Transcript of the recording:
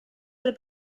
del